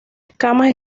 escamas